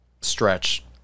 stretch